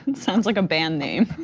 sounds like a band name.